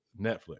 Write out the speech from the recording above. Netflix